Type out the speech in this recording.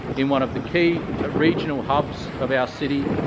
in one of the key regional hubs of our city,